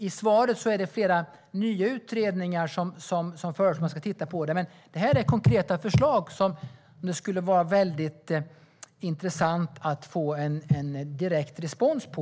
I svaret talas om flera nya utredningar som ska titta på det här, men det här är konkreta förslag som det skulle vara intressant att få en direkt respons på.